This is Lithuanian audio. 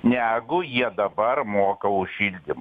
negu jie dabar moka už šildym